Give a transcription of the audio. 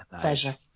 pleasure